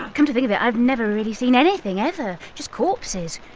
come to think of it, i've never really seen anything ever. just corpses.